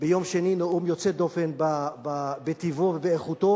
ביום שני, נאום יוצא דופן בטיבו ובאיכותו